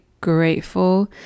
grateful